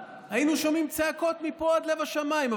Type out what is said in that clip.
היינו שומעים צעקות מפה עד לב השמיים,